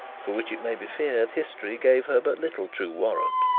for which it may be feared history gave her but little true warrant.